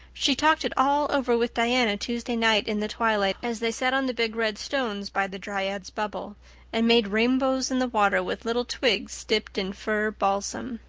she talked it all over with diana tuesday night in the twilight, as they sat on the big red stones by the dryad's bubble and made rainbows in the water with little twigs dipped in fir balsam.